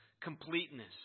completeness